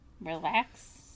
relax